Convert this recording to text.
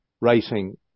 writing